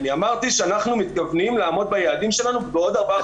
אני אמרתי שאנחנו מתכוונים לעמוד ביעדים שלנו בעוד ארבעה חודשים,